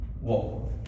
Whoa